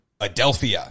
Adelphia